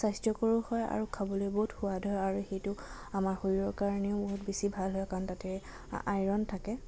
স্বাস্থ্যকৰো হয় আৰু খাবলৈ বহুত সোৱাদ হয় আৰু সেইটো আমাৰ শৰীৰৰ কাৰণেও বহুত বেছি ভাল হয় কাৰণ তাতে আইৰণ থাকে